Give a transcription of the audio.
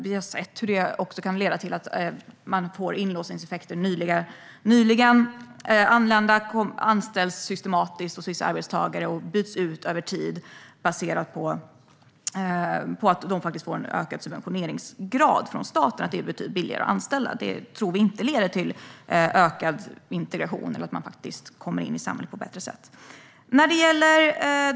Vi har även sett hur det kan leda till inlåsningseffekter i form av att nyligen anlända systematiskt anställs hos vissa arbetsgivare och byts ut över tid, vilket baseras på att de får en ökad subventioneringsgrad från staten. De nyligen anlända är betydligt billigare att anställa, något som vi inte tror leder till ökad integration eller till att man kommer in i samhället på ett bättre sätt.